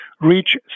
reach